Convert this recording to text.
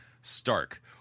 stark